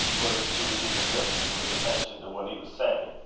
whether she was even listening with attention to what he was saying,